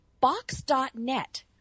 box.net